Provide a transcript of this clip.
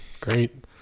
Great